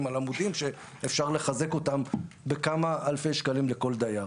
על עמודים שאפשר לחזק אותם בכמה אלפי שקלים לכל דייר.